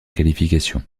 qualification